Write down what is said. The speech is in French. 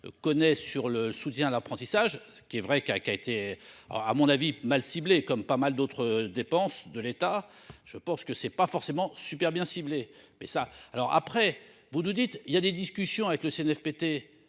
connaît sur le soutien à l'apprentissage qu'il est vrai qu'à qu'a été. À mon avis mal ciblées comme pas mal d'autres dépenses de l'État. Je pense que c'est pas forcément super bien ciblés mais ça alors après, vous nous dites il y a des discussions avec le Cnfpt.